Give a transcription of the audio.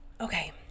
Okay